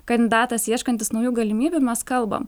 kandidatas ieškantis naujų galimybių mes kalbam